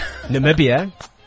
Namibia